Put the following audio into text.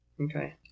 okay